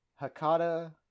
Hakata